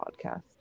podcast